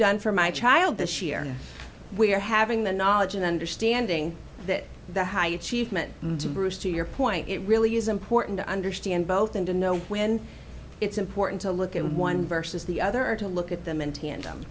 done for my child this year we're having the knowledge and understanding that the high achievement to bruce to your point it really is important to understand both and to know when it's important to look at one versus the other or to look at them in tandem